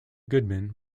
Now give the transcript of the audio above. goodman